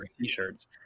t-shirts